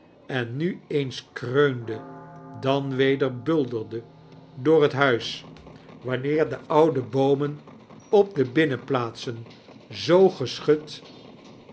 en mi eens kreunde dan weder bulderde door het huis wanneer de oude boomen op de binnenplaatsen zoo geschud